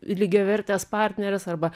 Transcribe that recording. lygiavertės partnerės arba